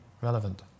relevant